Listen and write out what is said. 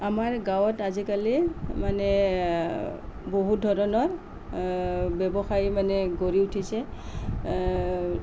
আমাৰ গাঁৱত আজিকালি মানে বহুত ধৰণৰ ব্যৱসায় মানে গঢ়ি উঠিছে